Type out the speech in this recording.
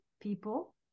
people